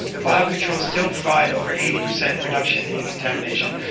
the biocontrols still provide over eighty percent reduction in contamination.